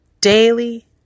daily